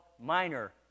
minor